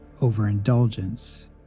overindulgence